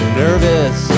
nervous